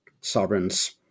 Sovereigns